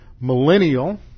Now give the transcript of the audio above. millennial